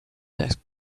desk